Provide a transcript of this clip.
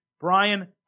Brian